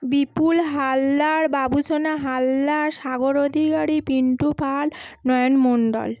Bipul Haldar Babusona Haldar Sagar Adhikari Pintu Pal Nayan Mondal